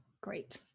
great